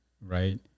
right